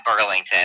Burlington